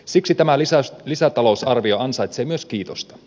siksi tämä lisätalousarvio ansaitsee myös kiitosta